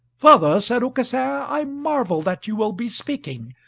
father, said aucassin, i marvel that you will be speaking.